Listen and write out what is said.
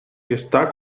está